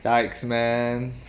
ya ex~ man